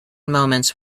moments